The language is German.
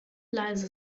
leise